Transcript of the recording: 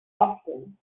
often